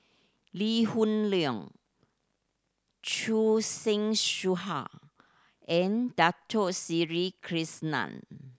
Lee Hoon Leong Choor Singh and Dato Sri Krishna